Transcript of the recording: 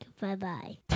Bye-bye